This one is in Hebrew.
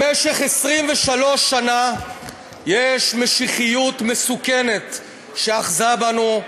במשך 23 שנה יש משיחיות מסוכנות שאחזה בנו,